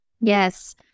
Yes